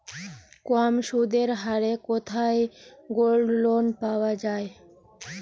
কম সুদের হারে কোথায় গোল্ডলোন পাওয়া য়ায়?